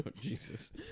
Jesus